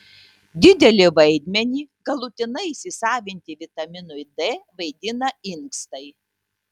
didelį vaidmenį galutinai įsisavinti vitaminui d vaidina inkstai